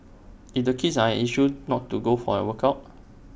if the kids are an issue not to go for A workout